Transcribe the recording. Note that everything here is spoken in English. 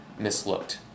mislooked